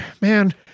man